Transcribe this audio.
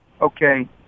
okay